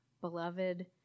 beloved